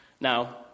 Now